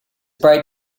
bright